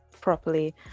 properly